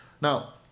Now